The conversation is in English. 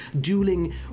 dueling